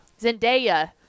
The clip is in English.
zendaya